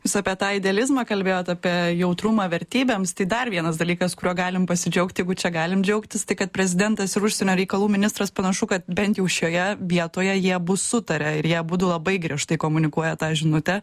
jūs apie tą idealizmą kalbėjot apie jautrumą vertybėms tai dar vienas dalykas kuriuo galim pasidžiaugti jeigu čia galim džiaugtis tai kad prezidentas ir užsienio reikalų ministras panašu kad bent jau šioje vietoje jie abu sutaria ir jie abudu labai griežtai komunikuoja tą žinutę